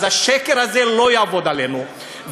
אז השקר הזה לא יעבוד עלינו,